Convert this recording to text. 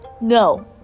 No